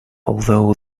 although